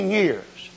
years